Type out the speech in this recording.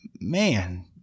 man